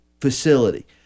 facility